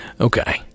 Okay